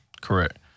Correct